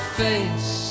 face